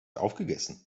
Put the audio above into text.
aufgegessen